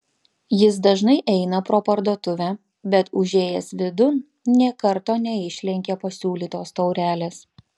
jis dažnai eina pro parduotuvę bet užėjęs vidun nė karto neišlenkė pasiūlytos taurelės